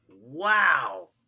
Wow